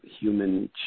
human